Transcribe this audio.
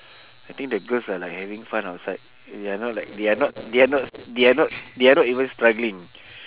I think the girls are like having fun outside they are not like they are not they are not they are not they are not even struggling